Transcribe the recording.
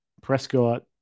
Prescott